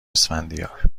اسفندیار